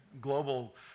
global